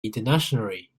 internationally